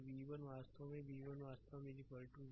तो v1 वास्तव में v1 वास्तव में v